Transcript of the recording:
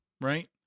right